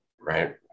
right